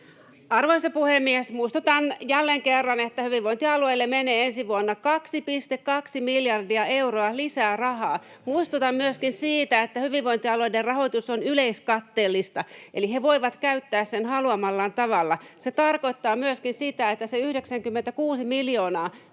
Arvoisa puhemies! Muistutan jälleen kerran, että hyvinvointialueille menee ensi vuonna 2,2 miljardia euroa lisää rahaa. Muistutan myöskin siitä, että hyvinvointialueiden rahoitus on yleiskatteellista eli he voivat käyttää sen haluamallaan tavalla. Se tarkoittaa myöskin sitä, että se 96 miljoonaa,